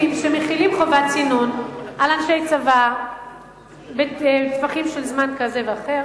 יש סעיפים שמחילים חובת צינון על אנשי צבא בטווחים של זמן כזה ואחר,